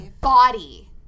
body